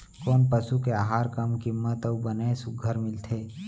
कोन पसु के आहार कम किम्मत म अऊ बने सुघ्घर मिलथे?